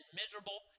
miserable